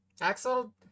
Axel